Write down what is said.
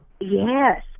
Yes